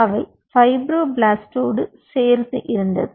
அவை பைப்ரோபிளாஸ்டோடு சேர்ந்து இருந்தது